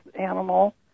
animal